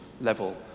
level